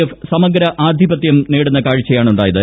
F സമഗ്രാധിപത്യം നേടുന്ന കാഴ്ച യാണുണ്ടായത്